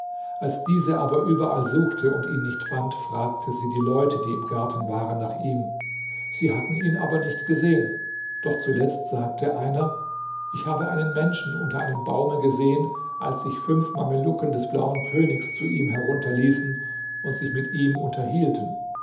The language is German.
als diese aber überall suchte und ihn nicht fand fragte sie die leute die im garten waren nach ihm sie hatten ihn aber nicht gesehen doch zuletzt sagte einer ich habe einen menschen unter einem baume gesehen als sich fünf mamelucken des blauen königs zu ihm herunterließen und sich mit ihm unterhielten